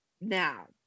now